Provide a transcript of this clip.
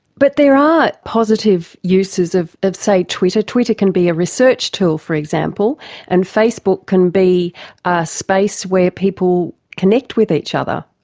but there are positive uses of, say, twitter. twitter can be a research tool for example and facebook can be a space where people connect with each other.